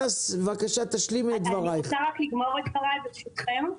אני רוצה לסיים את דבריי, ברשותכם.